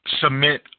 submit